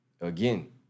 again